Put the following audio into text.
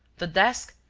the desk,